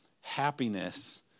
happiness